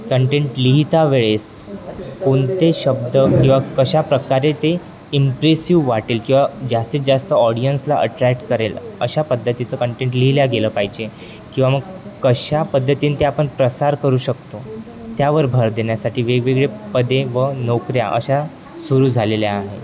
content लिहिता वेळेस कोणते शब्द किंवा कशाप्रकारे ते इम्प्रेसिव्ह वाटेल किंवा जास्तीत जास्त ऑडियन्सला अट्रॅक्ट करेल अशा पद्धतीचं कंटेंट लिहिलं गेलं पाहिजे किंवा मग कशा पद्धतीने ते आपण प्रसार करू शकतो त्यावर भर देण्यासाठी वेगवेगळे पदे व नोकऱ्या अशा सुरू झालेल्या आहे